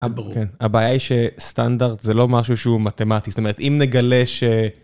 הבעיה היא שסטנדרט זה לא משהו שהוא מתמטי זאת אומרת אם נגלה.